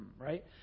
Right